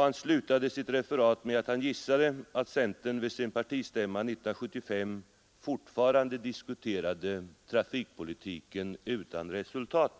Han slutade sitt referat med att han gissade att centern vid sin partistämma 1975 fortfarande diskuterade trafikpolitiken utan resultat.